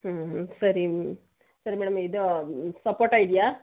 ಹ್ಞೂ ಹ್ಞೂ ಸರಿ ಹ್ಞೂ ಸರಿ ಮೇಡಮ್ ಇದು ಸಪೋಟ ಇದೆಯಾ